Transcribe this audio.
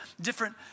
different